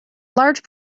large